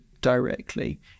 Directly